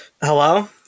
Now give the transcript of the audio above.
hello